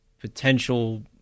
potential